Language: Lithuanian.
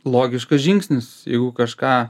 logiškas žingsnis jeigu kažką